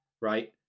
right